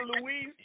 Louise